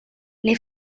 les